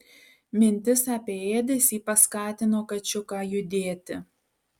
mintis apie ėdesį paskatino kačiuką judėti